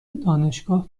دانشگاه